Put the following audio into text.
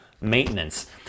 maintenance